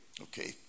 Okay